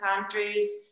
countries